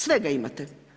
Svega imate.